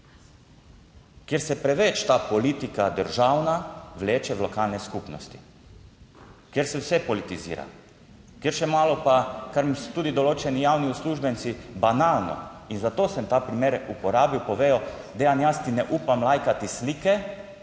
kjer se preveč ta politika državna vleče v lokalne skupnosti, kjer se vse politizira, kjer še malo pa kar so tudi določeni javni uslužbenci, banalno in zato sem ta primer uporabil, povejo: "Dejan, jaz si ne upam lajkati slike,